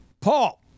Paul